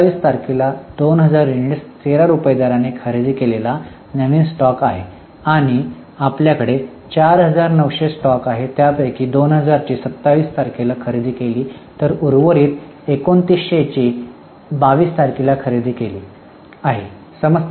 27 तारखेला 2000 युनिट्स 13 रुपये दराने खरेदी केलेला नवीन स्टॉक आहे आणि आपल्याकडे 4900 स्टॉक आहे त्यापैकी 2000 ची 27 तारखेला खरेदी आहे तर उर्वरित 2900 ची 22 तारखेला खरेदी आहे